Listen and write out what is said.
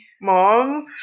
Mom